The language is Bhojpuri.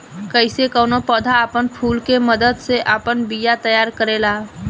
कइसे कौनो पौधा आपन फूल के मदद से आपन बिया तैयार करेला